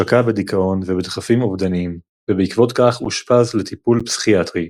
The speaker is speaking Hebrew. שקע בדיכאון ובדחפים אובדניים ובעקבות כך אושפז לטיפול פסיכיאטרי,